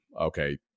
okay